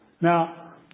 Now